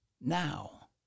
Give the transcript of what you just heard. now